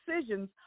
decisions